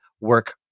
work